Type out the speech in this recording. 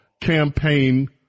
campaign